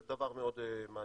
זה דבר מאוד מעניין.